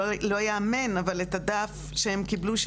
לא יאמן אבל את הדף שהם קיבלו,